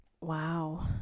Wow